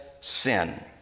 Sin